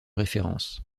références